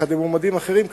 יחד עם מועמדים אחרים כמובן,